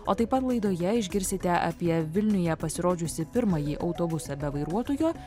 o taip pat laidoje išgirsite apie vilniuje pasirodžiusį pirmąjį autobusą be vairuotojo